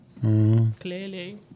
Clearly